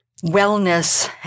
wellness